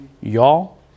y'all